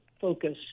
focus